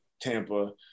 Tampa